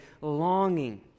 longing